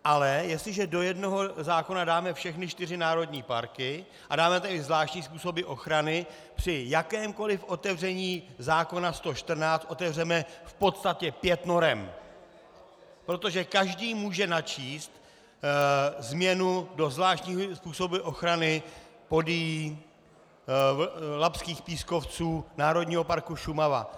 Ale jestliže do jednoho zákona dáme všechny čtyři národní parky a dáme tam zvláštní způsoby ochrany, při jakémkoli otevření zákona 114 otevřeme v podstatě pět norem, protože každý může načíst změnu do zvláštního způsobu ochrany Podyjí, Labských pískovců, Národního parku Šumava.